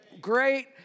great